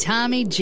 Tommy